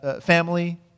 family